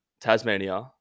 Tasmania